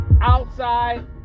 outside